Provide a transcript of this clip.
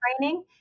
training